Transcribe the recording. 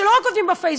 שלא רק כותבים בפייסבוק,